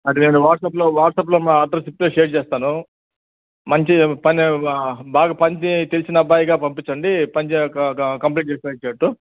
అది నేను వాట్సాప్లో వాట్సాప్లో మా అడ్రస్ ఇప్పుడే షేర్ చేస్తాను మంచి పని బాగా పని జే తెలిసిన అబ్బాయిగా పంపించండి పని చెయ్ కా గా కంప్లీట్ చేసేటట్టు